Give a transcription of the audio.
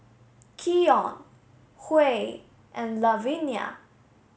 Keion Huey and Lavenia